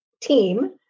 team